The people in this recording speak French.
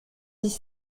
dix